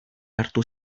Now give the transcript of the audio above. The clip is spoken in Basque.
hartu